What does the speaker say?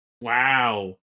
wow